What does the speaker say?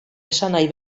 esanahi